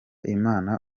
imana